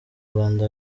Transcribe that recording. rwanda